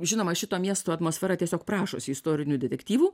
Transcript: žinoma šito miesto atmosfera tiesiog prašosi istorinių detektyvų